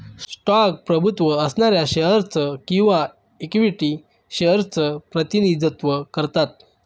stock प्रभुत्व असणाऱ्या shares च किंवा इक्विटी शेअर्स च प्रतिनिधित्व करतात